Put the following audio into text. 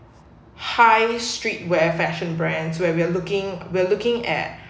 how high street wear fashion brands where we're looking we're looking at luxury